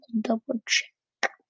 double-check